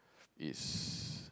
is